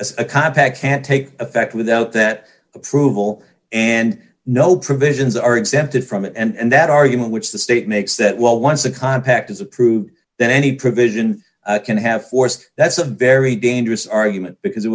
but a compact can't take effect without that approval and no provisions are exempted from it and that argument which the state makes that well once a compact is approved then any provision can have force that's a very dangerous argument because it